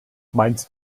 meinst